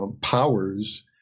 powers